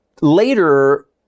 Later